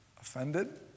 offended